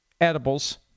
edibles